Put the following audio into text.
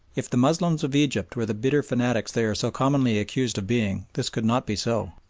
if the moslems of egypt were the bitter fanatics they are so commonly accused of being this could not be so.